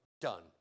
done